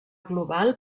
global